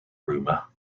rumor